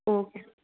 okay